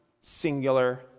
singular